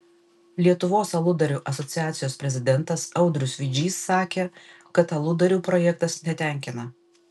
lietuvos aludarių asociacijos prezidentas audrius vidžys sakė kad aludarių projektas netenkina